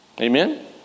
Amen